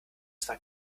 zwar